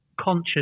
conscious